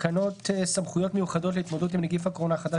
תקנות סמכויות מיוחדות להתמודדות עם נגיף הקורונה החדש